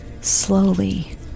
Slowly